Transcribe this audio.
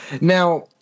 Now